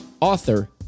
author